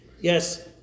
Yes